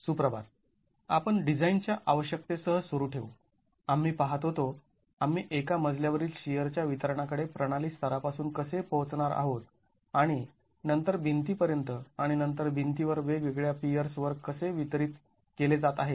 सुप्रभात आपण डिझाईन च्या आवश्यकते सह सुरु ठेवू आम्ही पाहत होतो आम्ही एका मजल्या वरील शिअर च्या वितरणाकडे प्रणाली स्तरापासून कसे पोहोचणार आहोत आणि नंतर भिंती पर्यंत आणि नंतर भिंतीवर वेगवेगळ्या पियर्स वर कसे वितरित केले जात आहेत